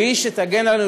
והיא שתגן עלינו,